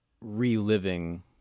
reliving